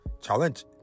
Challenge